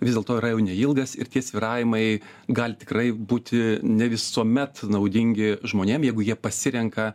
vis dėlto yra jau neilgas ir tie svyravimai gali tikrai būti ne visuomet naudingi žmonėm jeigu jie pasirenka